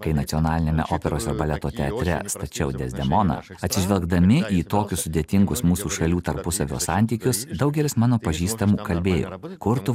kai nacionaliniame operos ir baleto teatre stačiau dezdemoną atsižvelgdami į tokius sudėtingus mūsų šalių tarpusavio santykius daugelis mano pažįstamų kalbėjo kur tu